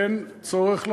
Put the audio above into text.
אין צורך להעביר,